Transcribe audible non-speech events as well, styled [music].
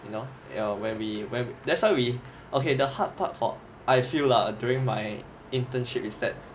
[noise] ya when we when that's why we okay the hard part for I feel lah during my internship is that